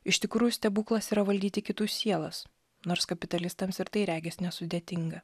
iš tikrųjų stebuklas yra valdyti kitų sielas nors kapitalistams ir tai regis nesudėtinga